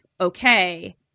okay